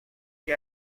que